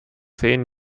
zehn